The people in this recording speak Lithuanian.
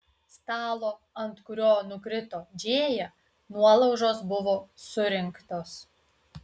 stalo ant kurio nukrito džėja nuolaužos buvo surinktos